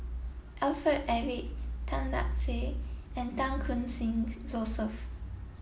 Alfred Eric Tan Lark Sye and Chan Khun Sing Joseph